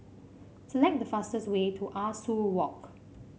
select the fastest way to Ah Soo Walk